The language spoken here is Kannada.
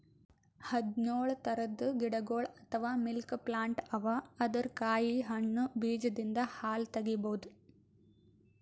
ಹದ್ದ್ನೊಳ್ ಥರದ್ ಗಿಡಗೊಳ್ ಅಥವಾ ಮಿಲ್ಕ್ ಪ್ಲಾಂಟ್ ಅವಾ ಅದರ್ ಕಾಯಿ ಹಣ್ಣ್ ಬೀಜದಿಂದ್ ಹಾಲ್ ತಗಿಬಹುದ್